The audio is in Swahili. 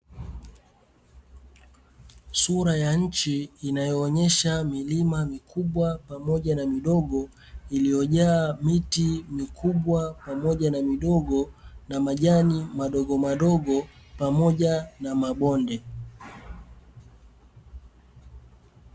Sura ya nchi inayoonyesha milima mikubwa pamoja na midogo iliyojaa miti mikubwa pamoja na midogo na majani madogo madogo pamoja na mabonde.